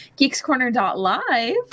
geekscorner.live